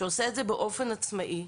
שעושה את זה באופן עצמאי.